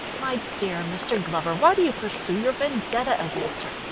my dear mr. glover, why do you pursue your vendetta against her?